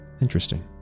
Interesting